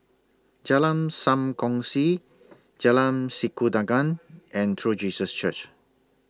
Jalan SAM Kongsi Jalan Sikudangan and True Jesus Church